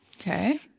Okay